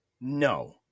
No